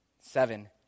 Seven